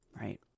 Right